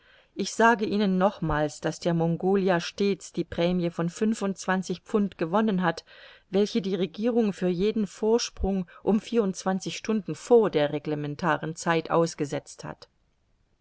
ich sage ihnen nochmals daß der mongolia stets die prämie von fünfundzwanzig pfund gewonnen hat welche die regierung für jeden vorsprung um vierundzwanzig stunden vor der reglementaren zeit ausgesetzt hat